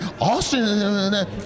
Austin